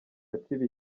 gatsibo